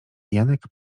janek